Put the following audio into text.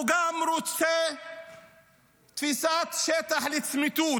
הוא גם רוצה תפיסת שטח לצמיתות.